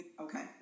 Okay